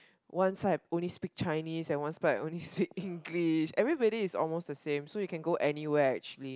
one side only speak Chinese and one side only speak English everybody is almost the same so you can go anywhere actually